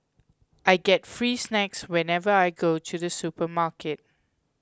I get free snacks whenever I go to the supermarket